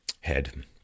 head